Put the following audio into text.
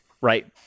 Right